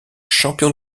champion